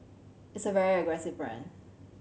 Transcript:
it's a very aggressive plan